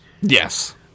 Yes